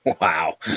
Wow